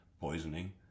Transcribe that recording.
poisoning